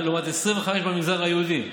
בהכנה, לעומת 25% במגזר היהודי.